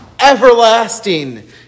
everlasting